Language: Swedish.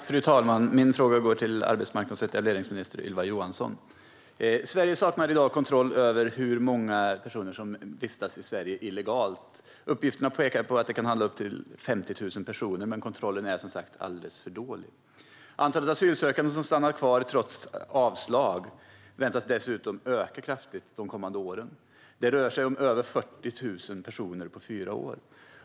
Fru talman! Min fråga går till arbetsmarknads och etableringsminister Ylva Johansson. Sverige saknar i dag kontroll över hur många personer som vistas i landet illegalt. Uppgifter pekar på att det kan handla om upp till 50 000 personer, men kontrollen är som sagt alldeles för dålig. Antalet asylsökande som stannar kvar trots avslag väntas dessutom öka kraftigt de kommande åren. Det rör sig om över 40 000 personer på fyra år.